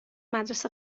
مدرسه